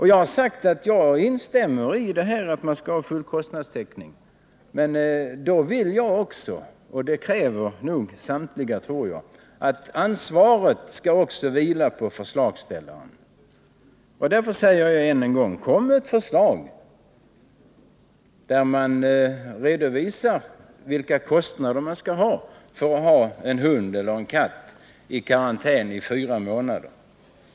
Jag har sagt att jag instämmer i att man område skall ha full kostnadstäckning, men då vill jag också att ansvaret skall vila på förslagsställaren. Därför säger jag än en gång: Kom med ett förslag, där kostnaderna för att ha en hund eller en katt i karantän i fyra månader redovisas!